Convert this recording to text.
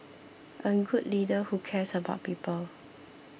a good leader who cares about people